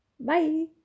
Bye